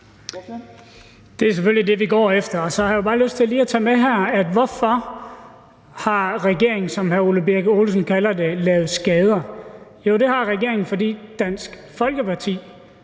Det er selvfølgelig det, vi går efter. Så har jeg jo bare lyst til lige at tage med her, hvorfor regeringen, som hr. Ole Birk Olesen kalder det, lavet skader. Jo, det har regeringen, fordi Dansk Folkeparti